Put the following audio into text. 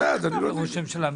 הממשלה.